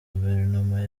guverinoma